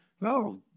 no